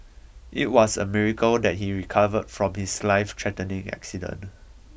it was a miracle that he recovered from his lifethreatening accident